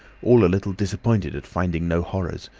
all a little disappointed at finding no horrors,